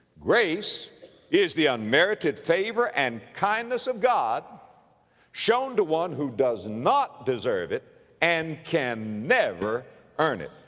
grace is the unmerited favor and kindness of god shown to one who does not deserve it and can never earn it.